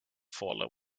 fallen